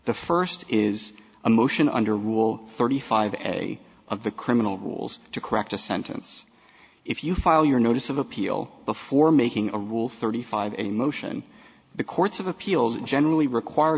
the first is a motion under rule thirty five a of the criminal rules to correct a sentence if you file your notice of appeal before making a rule thirty five a motion the courts of appeals generally require